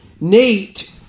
Nate